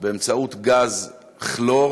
באמצעות גז כלור